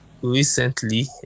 recently